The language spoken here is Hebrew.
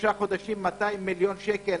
לשלושה חודשים, 200 מיליון שקל.